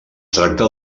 tracta